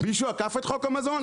מישהו עקף את חוק המזון?